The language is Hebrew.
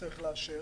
שצריך לאשר,